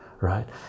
right